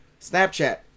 Snapchat